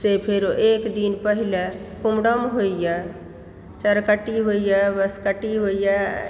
से फेरो एक दिन पहिले कुमरम होइया चरकट्टी होइया बसकट्टी होइया